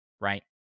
right